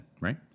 right